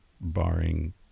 barring